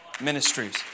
Ministries